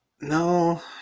No